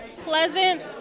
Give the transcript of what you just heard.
Pleasant